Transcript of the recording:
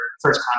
first